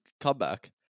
comeback